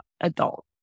adult